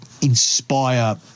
inspire